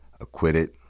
Acquitted